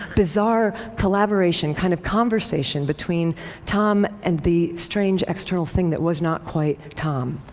bizarre collaboration, kind of conversation between tom and the strange, external thing that was not quite tom.